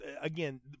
again